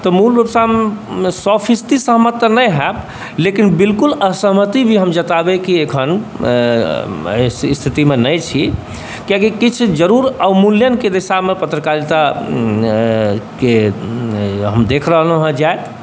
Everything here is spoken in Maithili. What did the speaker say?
तऽ मूल रूप सऽ हम सए फिसदी सहमत तऽ नहि होयब लेकिन बिलकुल असहमति भी हम जताबैके अखन इस्थितिमे नै छी किया कि किछ जरूर अवमूल्यनके दिशामे पत्रकारिता के हम देख रहलौँ हेँ जाइत